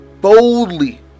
boldly